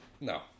no